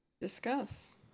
discuss